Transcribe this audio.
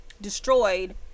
destroyed